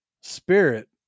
spirit